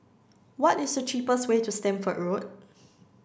what is the cheapest way to Stamford Road